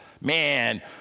Man